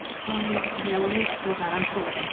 i'm here, let me scroll down. i'm so like and